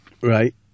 Right